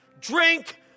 drink